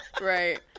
Right